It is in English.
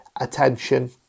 attention